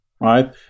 right